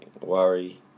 worry